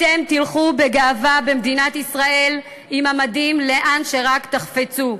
אתם תלכו בגאווה במדינת ישראל עם המדים לאן שרק תחפצו.